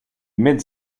mid